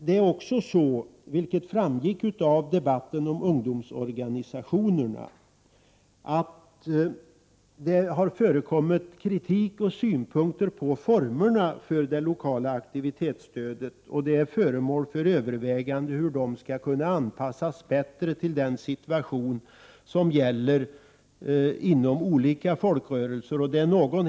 Det är också så, vilket framgick av debatten om ungdomsorganisationerna, att det har framförts kritik och synpunkter beträffande formerna för det lokala aktivitetsstödet. Hur det skall kunna anpassas till den situation som gäller inom olika folkrörelser är föremål för övervägande.